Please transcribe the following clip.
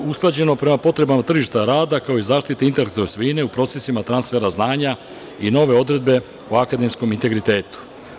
Usklađenost prema potrebama tržišta rada, kao i zaštita intelektualne svojine u procesima transfera znanja i nove odredbe o akademskom integritetu.